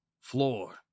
floor